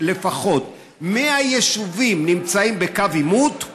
לפחות מהיישובים נמצאים בקו עימות,